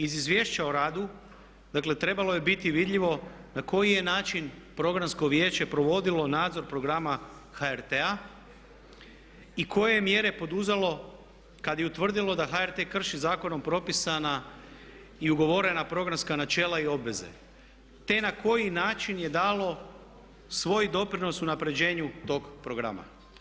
Iz izvješća o radu dakle trebalo je biti vidljivo na koji je način programsko vijeće provodilo nadzor programa HRT-a i koje je mjere poduzelo kad je utvrdilo da HRT krši zakonom propisana i ugovorena programska načela i obveze te na koji način je dalo svoj doprinos unapređenju tog programa.